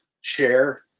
share